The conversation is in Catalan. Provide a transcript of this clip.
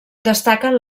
destaquen